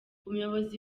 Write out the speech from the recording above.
umuyobozi